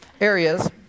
areas